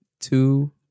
two